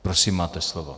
Prosím, máte slovo.